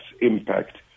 impact